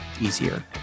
easier